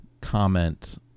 comment